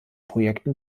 projekten